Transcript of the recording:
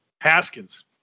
Haskins